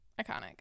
iconic